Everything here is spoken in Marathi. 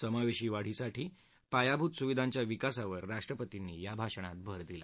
समावेशी वाढीसाठी पायाभूत सुविधांच्या विकासावर राष्ट्रपतींनी या भाषणात भर दिला